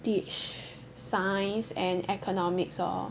teach Science and Economics lor